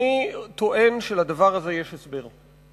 אני טוען שלדבר הזה יש הסבר.